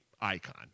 icon